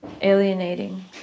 alienating